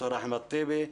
ד"ר אחמד טיבי.